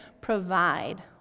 provide